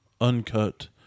uncut